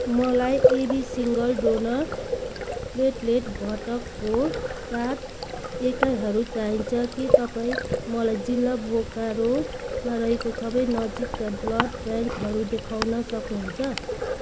मलाई AB single donor platelet घटकको सात एकाइहरू चाहिन्छ के तपाईँँ मलाई जिल्ला बोकारोमा रहेको सबै नजिकका ब्लड ब्याङ्कहरू देखाउन सक्नुहुन्छ